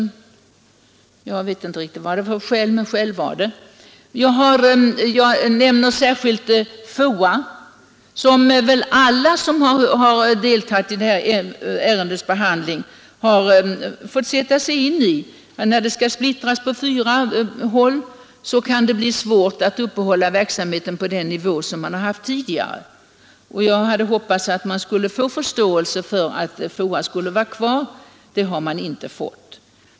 Jag vill särskilt nämna FOA. Alla som deltagit i detta ärendes behandling har fått sätta sig in i att om FOA skall splittras på tre håll kan det bli svårt att upprätthålla verksamheten på samma nivå som tidigare. Jag hade hoppats på förståelse för att FOA borde få vara kvar, men det har man inte visat.